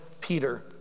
Peter